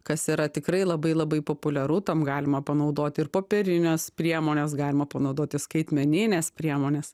kas yra tikrai labai labai populiaru tam galima panaudoti ir popierines priemones galima panaudoti skaitmenines priemones